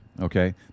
Okay